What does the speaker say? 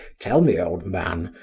tell, me, old man,